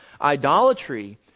Idolatry